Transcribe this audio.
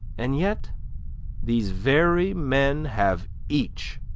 and yet these very men have each,